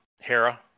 Hera